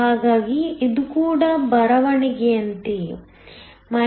ಹಾಗಾಗಿ ಇದೂ ಕೂಡ ಬರವಣಿಗೆಯಂತೆಯೇ eDhd∆Pndx